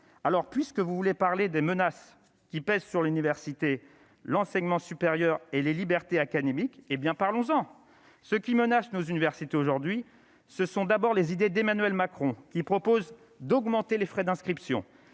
alors puisque vous voulez parler des menaces qui pèsent sur l'université, l'enseignement supérieur et les libertés académiques hé bien parlons-en ce qui menace nos universités, aujourd'hui ce sont d'abord les idées d'Emmanuel Macron, qui propose d'augmenter les frais d'inscription,